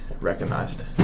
recognized